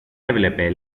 έβλεπε